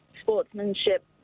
sportsmanship